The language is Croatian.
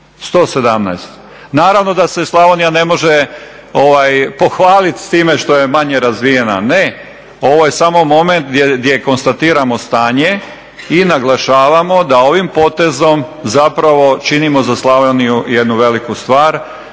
117. Naravno da se Slavonija ne može pohvaliti s time što je manje razvijena. Ne, ovo je samo moment gdje konstatiramo stanje i naglašavamo da ovim potezom zapravo činimo za Slavoniju jednu veliku stvar,